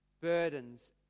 burdens